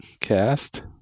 cast